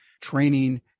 training